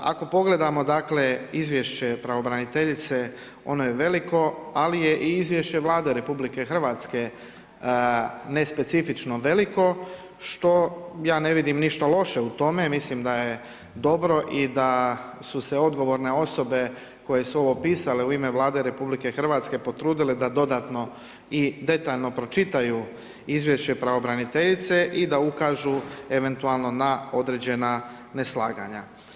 Ako pogledamo dakle izvješće pravobraniteljice, ono je veliko, ali je iz izvješće Vlade RH nespecifično veliko, što ja ne vidim ništa loše u tome, mislim da je dobro i da su se odgovorne osobe koje su ovo pisale u ime Vlade RH potrudile da dodatno i detaljno pročitaju izvješće pravobraniteljice i da ukažu eventualno na određena neslaganja.